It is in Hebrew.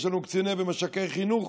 יש לנו קציני ומש"קי חינוך,